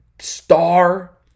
star